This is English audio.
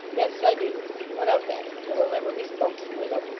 yes, i do. what of that? it will never be spoken, widow